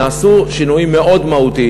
נעשו שינויים מאוד מהותיים.